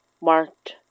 marked